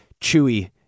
Chewy